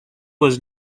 was